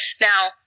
Now